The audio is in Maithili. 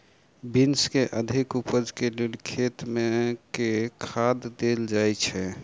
बीन्स केँ अधिक उपज केँ लेल खेत मे केँ खाद देल जाए छैय?